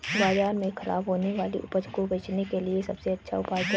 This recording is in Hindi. बाजार में खराब होने वाली उपज को बेचने के लिए सबसे अच्छा उपाय क्या हैं?